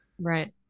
Right